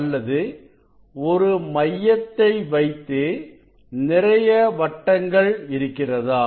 அல்லது ஒரு மையத்தை வைத்து நிறைய வட்டங்கள் இருக்கிறதா